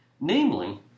namely